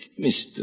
Mr